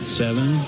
seven